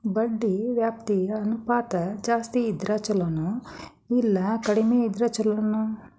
ಬಡ್ಡಿ ವ್ಯಾಪ್ತಿ ಅನುಪಾತ ಜಾಸ್ತಿ ಇದ್ರ ಛಲೊನೊ, ಇಲ್ಲಾ ಕಡ್ಮಿ ಇದ್ರ ಛಲೊನೊ?